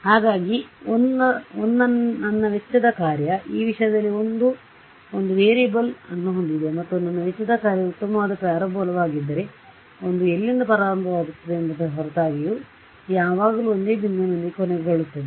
ಹಾಗಾಗಿ I ನನ್ನ ವೆಚ್ಚದ ಕಾರ್ಯ ಈ ವಿಷಯದಲ್ಲಿ I ಒಂದು ವೇರಿಯೇಬಲ್ ಅನ್ನು ಹೊಂದಿದ್ದೇನೆ ಮತ್ತು ನನ್ನ ವೆಚ್ಚದ ಕಾರ್ಯವು ಉತ್ತಮವಾದ ಪ್ಯಾರಾಬೋಲಾ ಆಗಿದ್ದರೆ I ಎಲ್ಲಿಂದ ಪ್ರಾರಂಭವಾಗುತ್ತದೆ ಎಂಬುದರ ಹೊರತಾಗಿಯೂ I ಯಾವಾಗಲೂ ಒಂದೇ ಬಿಂದುವಿನೊಂದಿಗೆ ಕೊನೆಗೊಳ್ಳುತ್ತದೆ